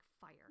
fire